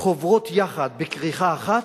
חוברות יחד בכריכה אחת,